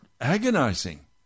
agonizing